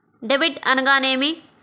Debit అనగానేమి?